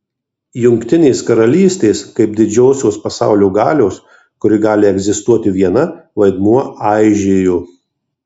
jungtinės karalystės kaip didžiosios pasaulio galios kuri gali egzistuoti viena vaidmuo aižėjo